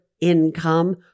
income